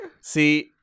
See